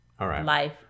life